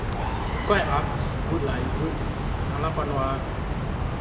it's quite upz good lah is good நல்லா பண்ணுவான்:nalla pannuvaan